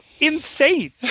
insane